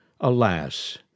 alas